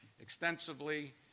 extensively